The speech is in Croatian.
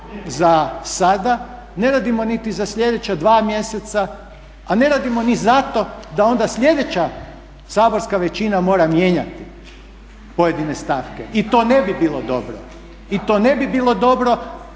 za sada, ne radimo niti za sljedeća dva mjeseca, a ne radimo ni za to da onda slijedeća saborska većina mora mijenjati pojedine stavke. I to ne bi bilo dobro, i to ne bi bilo dobro